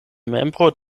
membro